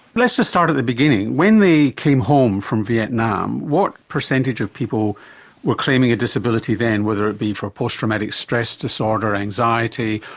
let's just start at the beginning. when they came home from vietnam, what percentage of people were claiming a disability then, whether it be for post-traumatic stress disorder, anxiety,